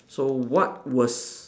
so what was